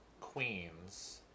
Queens